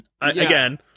Again